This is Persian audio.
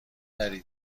تری